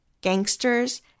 gangsters